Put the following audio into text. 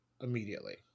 immediately